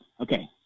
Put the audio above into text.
Okay